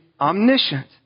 omniscient